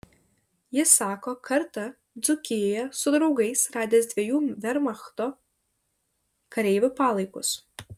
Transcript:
jis sako kartą dzūkijoje su draugais radęs dviejų vermachto kareivių palaikus